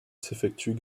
s’effectue